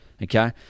Okay